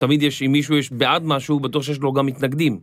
תמיד יש, אם מישהו יש בעד משהו, בטוח שיש לו גם מתנגדים.